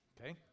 Okay